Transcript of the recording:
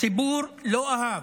הציבור לא אהב.